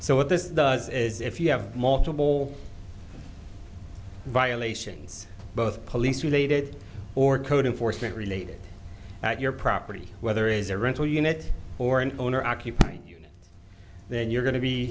what this does is if you have multiple violations both police related or code enforcement related that your property whether is a rental unit or an owner occupied you then you're going to be